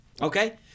Okay